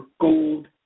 gold